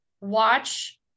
watch